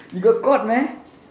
you got caught meh